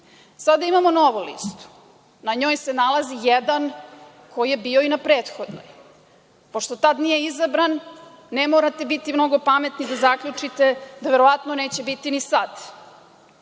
Sada imamo novu listu. Na njoj se nalazi jedan koji je bio i na prethodnoj. Pošto tada nije izabran, ne morate biti mnogo pametni da zaključite da verovatno neće biti ni sada.